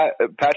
Patrick